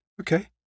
Okay